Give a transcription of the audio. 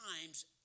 times